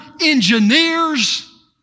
engineers